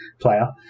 player